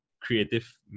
creative